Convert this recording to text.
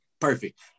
perfect